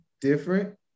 different